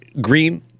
green